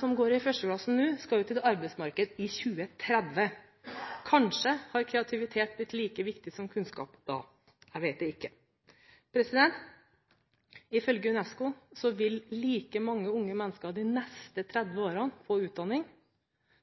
som nå går i 1. klasse, skal ut på arbeidsmarkedet i 2030. Kanskje har da kreativitet blitt like viktig som kunnskap. Jeg vet ikke. Ifølge UNESCO vil i de neste 30 årene like mange unge mennesker få utdanning